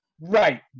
Right